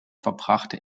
verbrachte